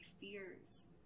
fears